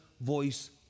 voice